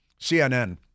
CNN